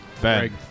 Greg